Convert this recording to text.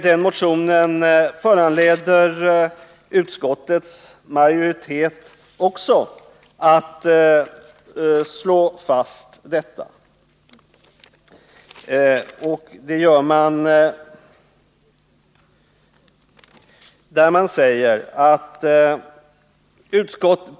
Denna motion föranledde även arbetsmarknadsutskottets majoritet att slå fast att beredskapsarbeten måste anordnas till dess tillräckligt antal utbildningsplatser kan erbjudas ungdomarna.